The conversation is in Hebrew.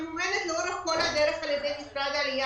ממומנת לאורך כל הדרך על ידי משרד העלייה